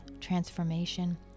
transformation